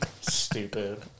Stupid